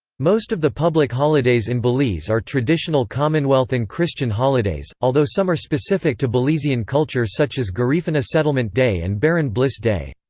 most of the public holidays in belize are traditional commonwealth and christian holidays, although some are specific to belizean culture such as garifuna settlement day and baron bliss day.